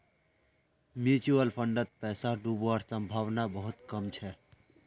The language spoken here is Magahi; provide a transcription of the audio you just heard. म्यूचुअल फंडत पैसा डूबवार संभावना बहुत कम छ